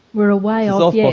we're a way off yeah